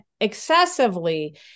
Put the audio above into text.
excessively